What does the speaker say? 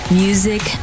music